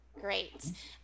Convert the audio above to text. great